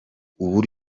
ubu